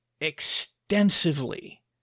extensively